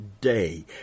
day